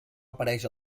apareix